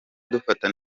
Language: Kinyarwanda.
dufata